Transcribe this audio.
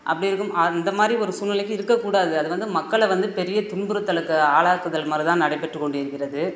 அப்படி இருக்கும் அந்த மாதிரி ஒரு சூழ்நிலைக்கு இருக்கக்கூடாது அது வந்து மக்களை வந்து பெரிய துன்புறுத்தலுக்கு ஆளாக்குதல் மாதிரி தான் நடைபெற்று கொண்டு இருக்கிறது